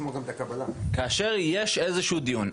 כאשר יש איזשהו דיון,